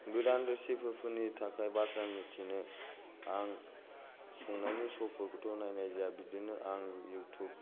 गोदान रेसिपिफोरनि थाखाय बाथ्रा मिथिनो आं संनायनि शफोरखौथ' नायनाय जाया बिदिनो आं युतुब